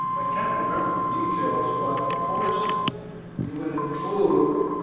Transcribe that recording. i can't remember the details, but of course you would include